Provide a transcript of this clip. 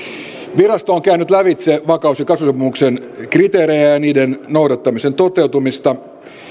virasto on käynyt lävitse vakaus ja kasvusopimuksen kriteerejä ja ja niiden noudattamisen toteutumista